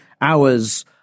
hours